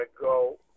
go